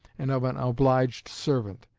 and of an obliged servant,